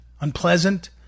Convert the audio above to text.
unpleasant